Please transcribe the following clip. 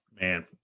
Man